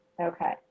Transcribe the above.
Okay